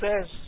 says